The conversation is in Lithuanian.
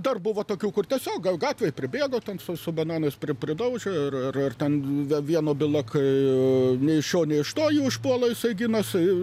dar buvo tokių kur tiesiog gal gatvėj pribėgo ten su su bananais pri pridaužė ir ir ten vieno byla kai nei iš šio nei iš to jį užpuola jisai ginasi